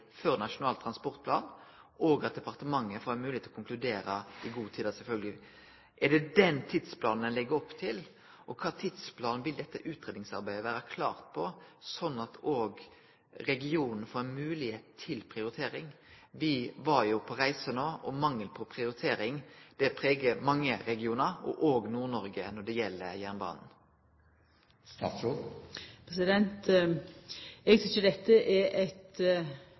før Nasjonal transportplan, og at departementet får ei moglegheit til å konkludere i god tid, sjølvsagt. Er det den tidsplanen ein legg opp til? Når vil dette utgreiingsarbeidet vere klart, slik at òg regionen får ei moglegheit til prioritering? Vi var på reise no, og mangel på prioritering pregar mange regionar, òg Nord-Noreg når det gjeld jernbanen. Eg tykkjer dette er eit